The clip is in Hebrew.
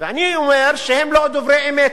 ואני אומר שהם לא דוברי אמת.